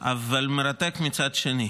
אבל מרתק מצד שני.